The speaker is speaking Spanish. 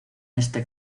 este